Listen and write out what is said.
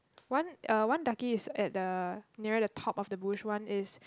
one uh one ducky is at the near the top of the bush one is